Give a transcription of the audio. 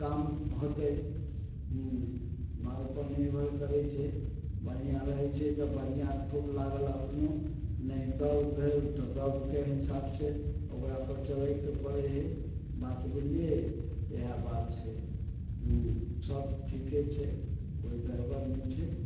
काम होतय माल पर निर्भर करय छै बढ़ियाँ रहय छै तऽ बढ़ियाँ खूब लागल अपनो नहि दब भेल तऽ दबके हिसाबसँ ओकरापर चलयके पड़य हइ बात बुझलियै इएह बात छै सब ठीके छै कोइ गड़बड़ नहि छै